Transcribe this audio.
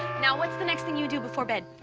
now what's the next thing you do before bed?